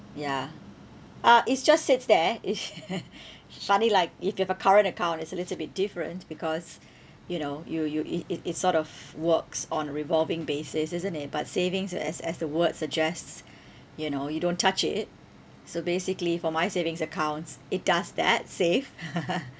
ya ah it's just sits there is funny like if you have a current account it's a little bit different because you know you you it it it sort of works on revolving basis isn't it but savings as as the word suggests you know you don't touch it so basically for my savings accounts it does that save